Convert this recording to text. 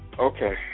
Okay